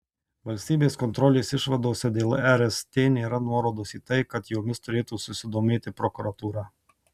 valstybės kontrolės išvadose dėl rst nėra nuorodos į tai kad jomis turėtų susidomėti prokuratūra